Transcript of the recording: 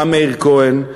גם מאיר כהן,